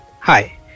Hi